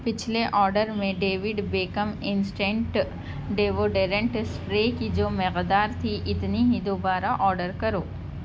پچھلے آڈر میں David Beckham instant deodorant spray کی جو مقدار تھی اتنی ہی دوبارہ آڈر کرو